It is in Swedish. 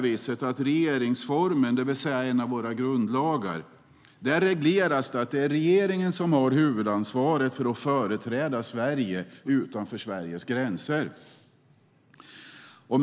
I regeringsformen, det vill säga en av våra grundlagar, regleras det att det är regeringen som har huvudansvaret för att företräda Sverige utanför Sveriges gränser.